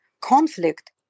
conflict